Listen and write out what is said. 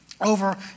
over